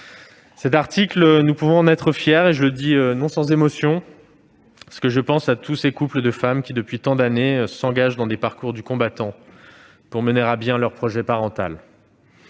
ses missions. Nous pouvons être fiers de l'article 1. Je le dis non sans émotion, parce que je pense à tous ces couples de femmes qui, depuis tant d'années, s'engagent dans des parcours du combattant pour mener à bien leur projet parental.